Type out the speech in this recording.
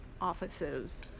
offices